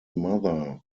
mother